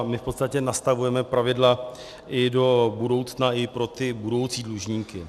My v podstatě nastavujeme pravidla i do budoucna i pro budoucí dlužníky.